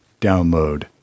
download